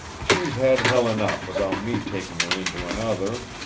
she's had hell enough without me taking her into another.